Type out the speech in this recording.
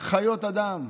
חיות אדם,